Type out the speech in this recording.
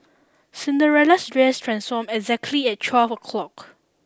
Cinderella's dress transformed exactly at twelve o'clock